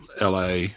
LA